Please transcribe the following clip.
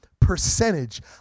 percentage